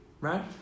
Right